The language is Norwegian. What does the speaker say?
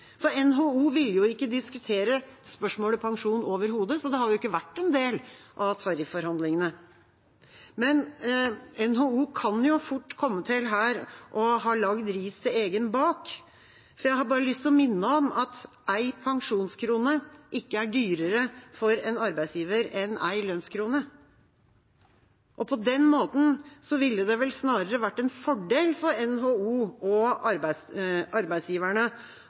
NHO ville ikke diskutere spørsmålet pensjon overhodet, så det har ikke vært en del av tarifforhandlingene. Men NHO kan jo her fort komme til å ha lagd ris til egen bak. Jeg har lyst til bare å minne om at en pensjonskrone ikke er dyrere for en arbeidsgiver enn en lønnskrone. På den måten ville det vel snarere vært en fordel for NHO og arbeidsgiverne